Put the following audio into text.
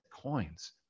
coins